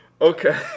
okay